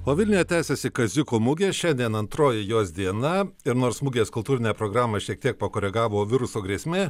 o vilniuje tęsiasi kaziuko mugė šiandien antroji jos diena ir nors mugės kultūrinę programą šiek tiek pakoregavo viruso grėsmė